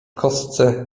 kostce